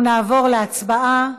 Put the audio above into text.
אנחנו נעבור להצבעה.